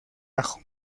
ajo